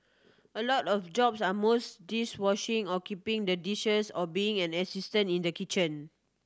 a lot of jobs are mostly dish washing or keeping the dishes or being an assistant in the kitchen